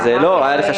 אמרתי על